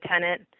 tenant